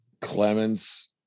Clemens